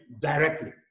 directly